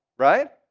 right?